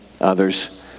others